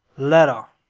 letter,